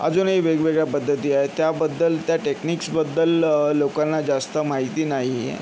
अजूनही वेगवेगळ्या पद्धती आहेत त्याबद्दल त्या टेक्निक्सबद्दल लोकांना जास्त माहिती नाही आहे